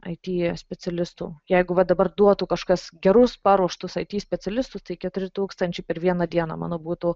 it specialistų jeigu va dabar duotų kažkas gerus paruoštus it specialistus tai keturi tūkstančiai per vieną dieną manau būtų